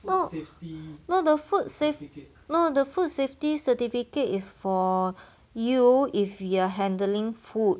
no no the food safe no the food safety certificate is for you if you're handling food